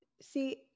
See